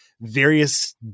various